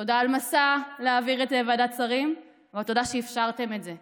תודה על מסע להעביר את זה בוועדת שרים ותודה שאפשרתם את זה,